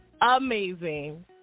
amazing